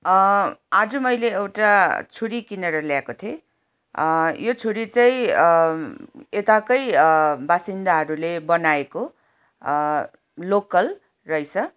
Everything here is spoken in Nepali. आज मैले एउटा छुरी किनेर ल्याएको थिएँ यो छुरी चाहिँ यताकै वासिन्दाहरूले बनाएको लोकल रहेछ